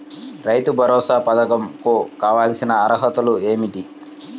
రైతు భరోసా పధకం కు కావాల్సిన అర్హతలు ఏమిటి?